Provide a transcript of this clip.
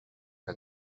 que